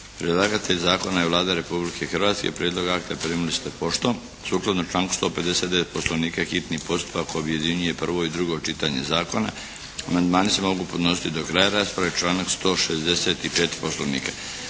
Predlagatelj zakona je Vlada Republike Hrvatske. Prijedlog akta primili ste poštom. Sukladno članku 159. Poslovnika hitni postupak objedinjuje prvo i drugo čitanje zakona. Amandmani se mogu podnositi do kraja rasprave, članak 164. Poslovnika.